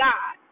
God